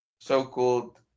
so-called